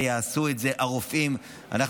שהרופאים יעשו את זה,